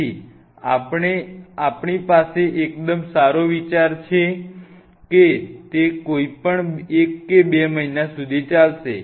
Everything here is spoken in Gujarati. તેથી આપ ણી પાસે એકદમ સારો વિચાર છે કે તે કોઈ પણ એક કે બે મહિના સુધી ચાલશે